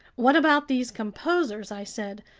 what about these composers? i said,